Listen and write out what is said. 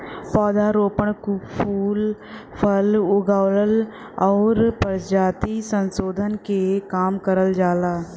पौध रोपण, फूल फल उगावल आउर परजाति संसोधन के काम करल जाला